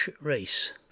race